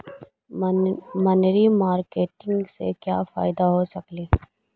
मनरी मारकेटिग से क्या फायदा हो सकेली?